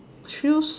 shoes